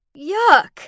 Yuck